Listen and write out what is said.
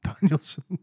Danielson